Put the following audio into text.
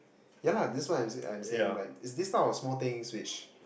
ya lah that's why I'm I'm saying like it's this type of small things which